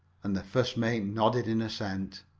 and the first mate nodded an assent.